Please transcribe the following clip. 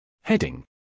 Heading